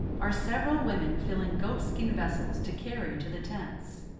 are several women filling goat-skin vessels to carry to the tents.